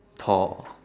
tall